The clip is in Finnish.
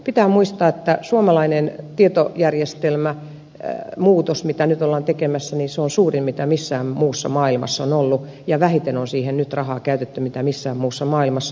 pitää muistaa että suomalainen tietojärjestelmämuutos mitä nyt ollaan tekemässä on suurempi kuin missään muualla maailmassa on ollut ja että vähemmän on siihen nyt rahaa käytetty kuin missään muualla maailmassa